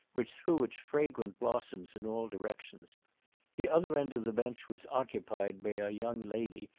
which threw its fragrant blossoms in all directions the other end of the bench was occupied by a young lady,